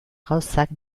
gauzak